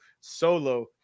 solo